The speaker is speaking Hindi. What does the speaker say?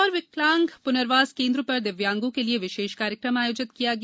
मंदसौर विकलांग पुनर्वास केंद्र पर दिव्यांगों के लिए विशेष कार्यक्रम आयोजित किया गया